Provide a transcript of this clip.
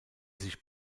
sich